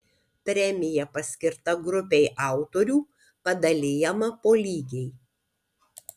premija paskirta grupei autorių padalijama po lygiai